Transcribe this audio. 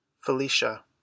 Felicia